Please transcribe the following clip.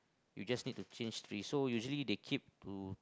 you just need to change tree so usually they keep to